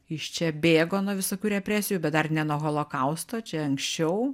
iš čia bėgo nuo visokių represijų bet dar ne nuo holokausto čia anksčiau